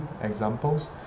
examples